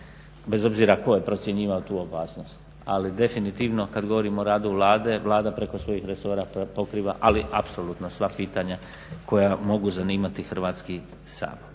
bez obzira tko je procjenjivao tu opasnost. Ali definitivno kad govorim o radu Vlade, Vlada preko svojih resora pokriva ali apsolutno sva pitanja koja mogu zanimati Hrvatski sabor.